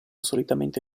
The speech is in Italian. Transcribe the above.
solitamente